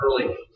early